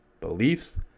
beliefs